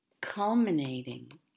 culminating